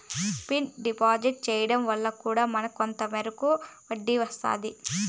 fixed deposit చేయడం వల్ల కూడా మనకు కొంత మేరకు వడ్డీ వస్తాది